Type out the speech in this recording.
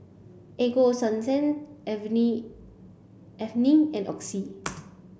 Ego Sunsense Avene Avene and Oxy